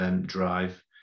drive